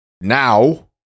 Now